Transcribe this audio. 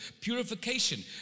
purification